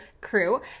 crew